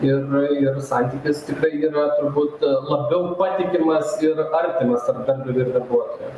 ir jo vis santykis tikrai yra turbūt labiau patikimas ir artimas tarp darbdavio ir darbuotojo